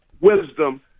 wisdom